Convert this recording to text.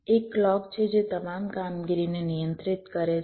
એક ક્લૉક છે જે તમામ કામગીરીને નિયંત્રિત કરે છે